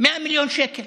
100 מיליון שקל